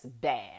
bad